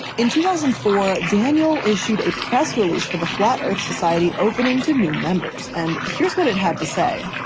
in two thousand and four, daniel issued a press release for the flat earth society opening to new members. and here's what it had to say.